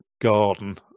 garden